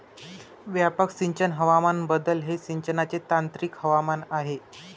व्यापक सिंचन हवामान बदल हे सिंचनाचे तांत्रिक आव्हान आहे